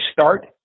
start